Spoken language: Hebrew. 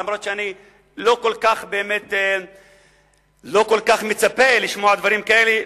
אף שאני לא כל כך מצפה באמת לשמוע דברים כאלה,